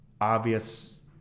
obvious